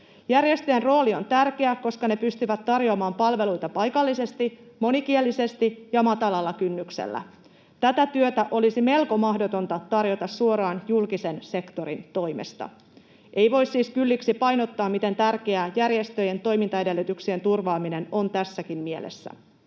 Järjestöjen rooli on tärkeä, koska ne pystyvät tarjoamaan palveluita paikallisesti, monikielisesti ja matalalla kynnyksellä. Tätä työtä olisi melko mahdotonta tarjota suoraan julkisen sektorin toimesta. Ei voi siis kylliksi painottaa, miten tärkeää järjestöjen toimintaedellytyksien turvaaminen on tässäkin mielessä.